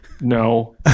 No